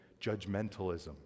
judgmentalism